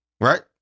Right